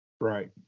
Right